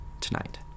tonight